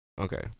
Okay